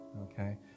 okay